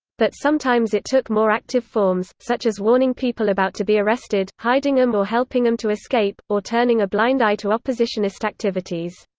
but sometimes it took more active forms, such as warning people about to be arrested, hiding them or helping them to escape, or turning a blind eye to oppositionist activities.